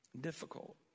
difficult